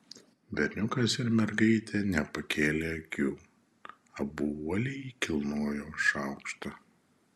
berniukas ir mergaitė nepakėlė akių abu uoliai kilnojo šaukštą